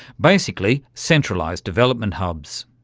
basically centralised development hubs.